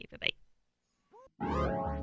Bye-bye